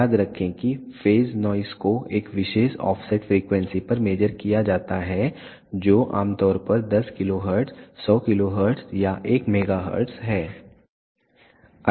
याद रखें कि फेज नॉइस को एक विशेष ऑफसेट फ्रीक्वेंसी पर मेज़र किया जाता है जो आमतौर पर 10 kHz 100 kHz या 1 MHz है